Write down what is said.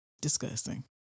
Disgusting